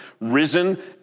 risen